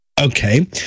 Okay